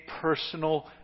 personal